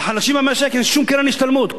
לחלשים במשק אין שום קרן השתלמות.